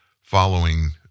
following